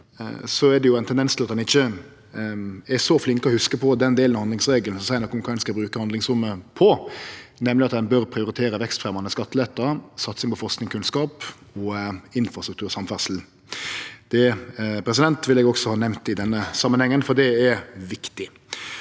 Det er ein tendens til at ein ikkje er så flink til å hugse på den delen av handlingsregelen som seier noko om kva ein skal bruke handlingsrommet på, nemleg at ein bør prioritere vekstfremjande skattelettar, satsing på forsking og kunnskap, infrastruktur og samferdsel. Det vil eg også ha nemnt i denne samanhengen, for det er viktig.